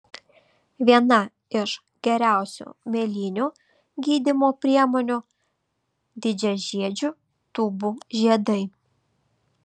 viena iš geriausių mėlynių gydymo priemonių didžiažiedžių tūbių žiedai